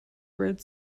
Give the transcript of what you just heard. road